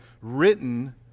written